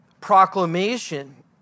proclamation